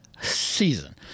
season